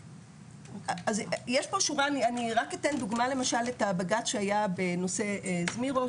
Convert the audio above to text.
אני רק אתן דוגמא למשל את הבג"צ שהיה בנושא זמירו,